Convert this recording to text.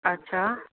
अच्छा